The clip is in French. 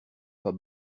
pas